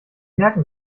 merken